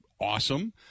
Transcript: awesome